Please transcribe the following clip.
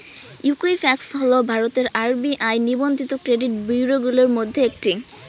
Equifax হল ভারতের RBI নিবন্ধিত ক্রেডিট ব্যুরোগুলির মধ্যে একটি